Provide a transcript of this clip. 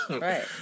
Right